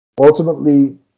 ultimately